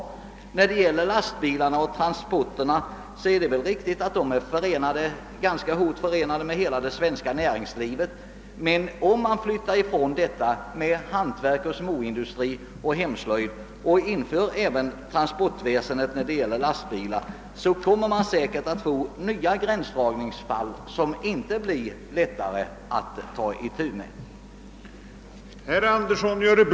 Det är väl riktigt att lastbilar och transporter är ganska nära förenade med det svenska näringslivet. Men om man här tar bort villkoret att det skall vara hantverk, småindustri och hemslöjd och ger lån även till transportföretag med lastbilar uppstår säkert nya gränsdragningsfall, som det inte blir lättare att ta itu med.